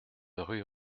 rue